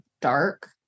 dark